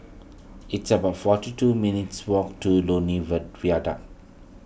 it's about forty two minutes' walk to Lornie Viaduct